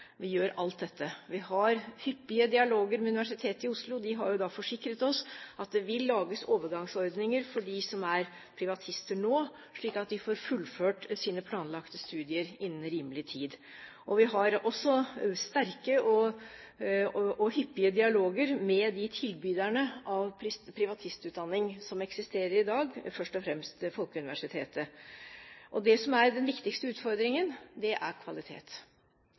Vi gjør alt dette. Vi har hyppige dialoger med Universitetet i Oslo. De har forsikret oss at det vil lages overgangsordninger for dem som er privatister nå, slik at de får fullført sine planlagte studier innen rimelig tid, og vi har også sterke og hyppige dialoger med de tilbyderne av privatistutdanning som eksisterer i dag, først og fremst Folkeuniversitetet. Det som er den viktigste utfordringen, er kvalitet. Det er